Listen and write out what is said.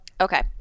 Okay